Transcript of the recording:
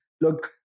look